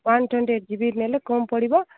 one twenty eight GB ନେଲେ କମ୍ ପଡ଼ିବ